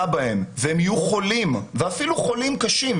בהם והם יהיו חולים ואפילו חולים קשים,